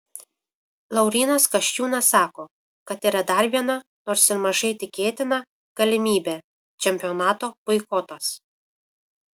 laurynas kasčiūnas sako kad yra dar viena nors ir mažai tikėtina galimybė čempionato boikotas